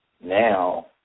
now